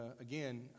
again